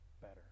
better